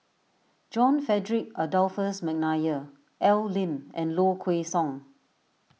John Frederick Adolphus McNair Al Lim and Low Kway Song